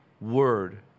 word